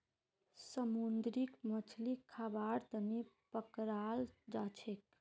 समुंदरी मछलीक खाबार तनौ पकड़ाल जाछेक